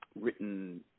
written